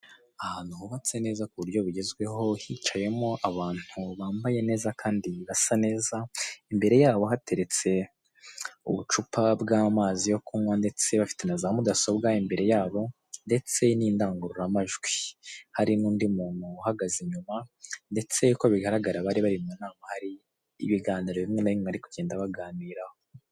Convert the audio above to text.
Ahantu hubatswe neza ku buryo bugezweho, hicayemo abantu bambaye neza kandi basa neza, imbere yabo hateretse ubucupa bw'amazi yo kunywa ndetse bafite na za mudasobwa imbere yabo ndetse n'indangururamajwi. Hari n'undi muntu uhagaze inyuma ndetse uko bigaragara bari bari mu nama hari ibiganiro bimwe na bimwe bari kugenda baganiraho.